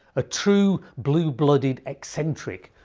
a true blue-blooded eccentric,